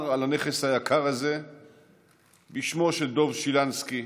על הנכס היקר הזה בשמו של דב שילנסקי,